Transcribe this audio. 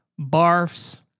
barfs